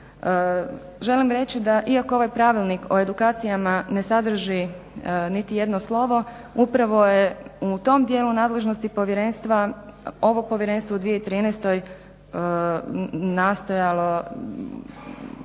Želim reći da iako ovaj pravilnik o edukacijama ne sadrži niti jedno slovo upravo je u tom dijelu nadležnosti povjerenstva, ovog povjerenstva u 2013. nastojalo